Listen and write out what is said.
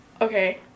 okay